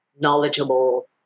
knowledgeable